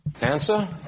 answer